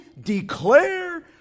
declare